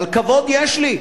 אבל כבוד יש לי,